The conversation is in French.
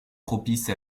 propice